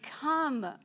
come